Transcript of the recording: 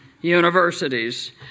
universities